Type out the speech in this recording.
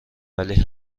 ولی